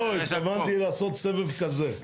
לא, התכוונתי לעשות סבב כזה.